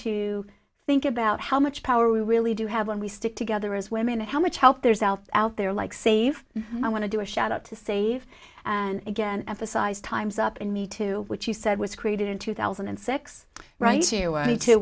to think about how much power we really do have when we stick together as women and how much help there is out out there like save i want to do a shout out to save and again emphasize time's up in me too which you said was created in two thousand and six right you were